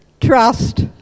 trust